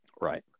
Right